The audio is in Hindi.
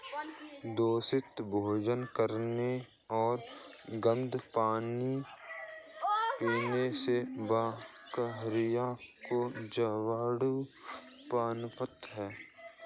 दूषित भोजन करने और गंदा पानी पीने से बकरियों में जीवाणु पनपते हैं